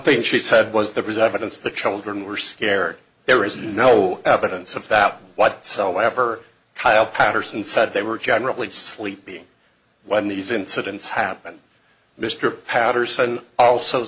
thing she said was the resemblance the children were scared there is no evidence of that whatsoever kyle patterson said they were generally sleeping when these incidents happen mr patterson also